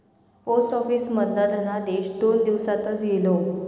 post office मधना धनादेश दोन दिवसातच इलो